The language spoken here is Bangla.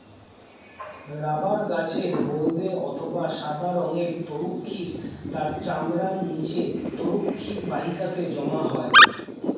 রাবার গাছের হল্দে অথবা সাদা রঙের তরুক্ষীর তার চামড়ার নিচে তরুক্ষীর বাহিকাতে জমা হয়